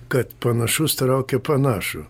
kad panašus traukia panašų